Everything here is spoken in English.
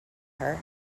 her